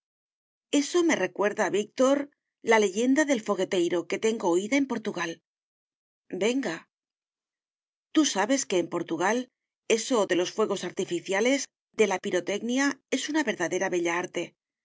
eso me recuerda víctor la leyenda del fogueteiro que tengo oída en portugal venga tú sabes que en portugal eso de los fuegos artificiales de la